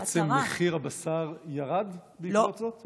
בעצם מחיר הבשר ירד בעקבות זאת?